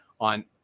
on